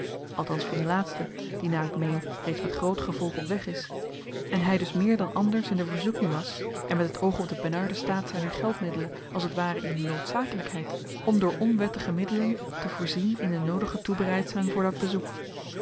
althans van den laatsten die naar ik meen reeds met groot gevolg op weg is en hy dus meer dan anders in de verzoeking was en met het oog op den benarden staat zyner geldmiddelen als het ware in de noodzakelijkheid om door onwettige middelen te voorzien in de noodige toebereidselen voor dat bezoek